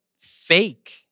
fake